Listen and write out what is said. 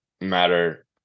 matter